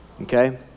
Okay